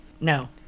No